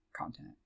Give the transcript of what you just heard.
content